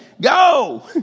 Go